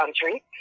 country